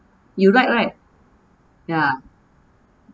you like right ya